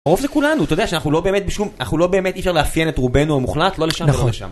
הרוב זה כולנו, אתה יודע שאנחנו לא באמת בשום, אנחנו לא באמת אי אפשר לאפיין את רובנו המוחלט, לא לשם ולא לשם.